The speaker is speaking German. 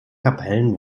kapellen